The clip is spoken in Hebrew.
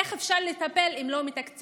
איך אפשר לטפל אם לא מתקצבים,